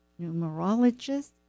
numerologist